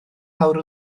lawr